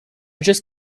just